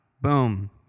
Boom